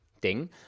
ding